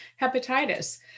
hepatitis